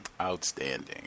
Outstanding